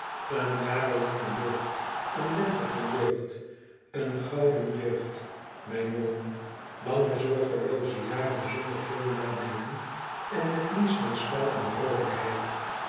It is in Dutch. een jarenlange jeugd een lente van jeugd een gouden jeugd mijn jongen lange zorgelooze jaren zonder veel nadenken en met niets dan spel en vroolijkheid